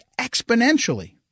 exponentially